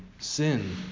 Sin